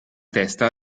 testa